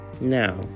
Now